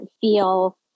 feel